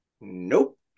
Nope